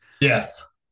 Yes